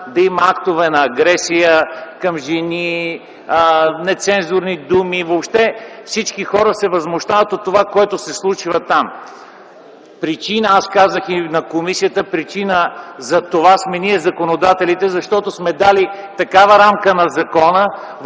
да има актове на агресия към жени, нецензурни думи. Въобще всички хора се възмущават от това, което се случва там. Аз казах и на комисията, че причина за това сме ние – законодателите, защото сме дали такава рамка на закона,